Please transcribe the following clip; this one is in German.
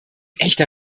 echter